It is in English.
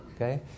Okay